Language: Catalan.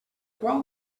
qual